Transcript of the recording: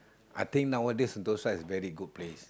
I think nowadays sentosa is very good place